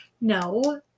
No